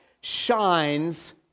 shines